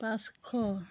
পাঁচশ